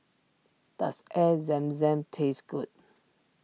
does Air Zam Zam taste good